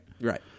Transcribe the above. Right